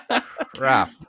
crap